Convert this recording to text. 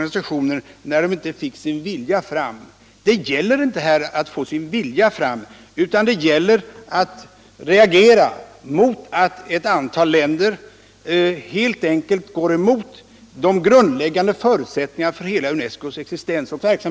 Principiellt har han naturligtvis rätt, men i detta fall gäller det inte att få igenom sin vilja, utan det gäller att reagera mot att ett antal länder helt enkelt går emot de grundläggande förutsättningarna för hela UNESCO:s verksamhet och existens.